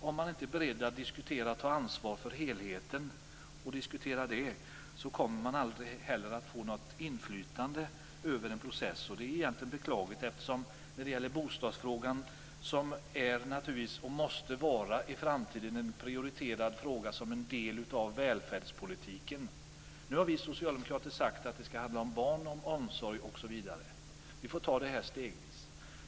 Om man inte är beredd att ta ansvar för helheten och diskutera den kommer man inte heller att få något inflytande över processen. Det är egentligen beklagligt när det gäller bostadsfrågan eftersom den är, och i framtiden måste vara, en prioriterad fråga som en del av välfärdspolitiken. Vi socialdemokrater har sagt att det skall handla om barn, om omsorg osv. Vi får ta det här stegvis.